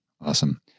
Awesome